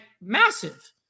massive